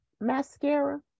mascara